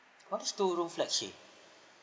what is this two room flexi